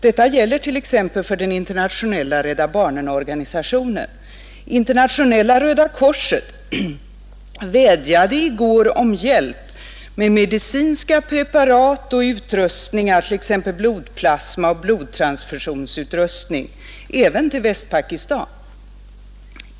Detta gäller t.ex. för den internationella Rädda barnen-organisationen. Internationella röda korset vädjade i går om hjälp med medicinska preparat och utrustningar, t.ex. blodplasma och blodtransfusionsutrustning, även till Västpakistan.